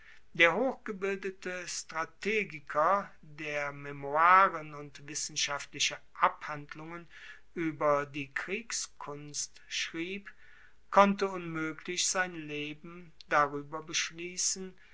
der hochgebildete strategiker der memoiren und wissenschaftliche abhandlungen ueber die kriegskunst schrieb konnte unmoeglich sein leben darueber beschliessen